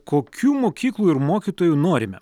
kokių mokyklų ir mokytojų norime